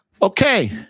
Okay